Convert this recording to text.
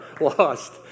Lost